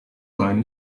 line